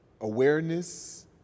awareness